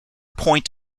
point